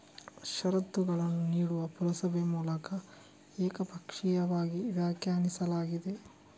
ಷರತ್ತುಗಳನ್ನು ನೀಡುವ ಪುರಸಭೆ ಮೂಲಕ ಏಕಪಕ್ಷೀಯವಾಗಿ ವ್ಯಾಖ್ಯಾನಿಸಲಾಗಿದೆ